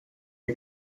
wir